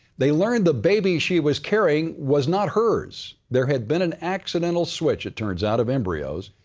they learned the baby she was carrying was not hers. there had been an accidental switch, it turns out, of embryos.